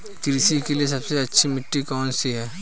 कृषि के लिए सबसे अच्छी मिट्टी कौन सी है?